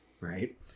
right